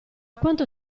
quanto